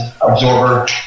absorber